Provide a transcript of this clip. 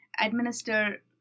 administer